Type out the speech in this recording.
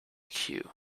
queue